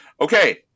Okay